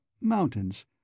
mountains